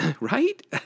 right